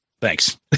thanks